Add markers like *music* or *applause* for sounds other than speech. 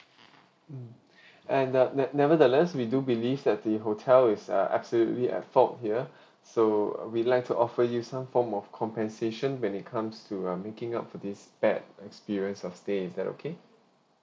mm *breath* and uh ne~ nevertheless we do believe that the hotel is uh absolutely at fog here so we'd like to offer you some form of compensation when it comes to uh making up for this bad experience of stay is that okay